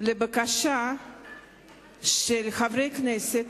לבקשה של חברי הכנסת.